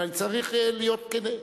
אבל אני צריך להיות כן,